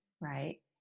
right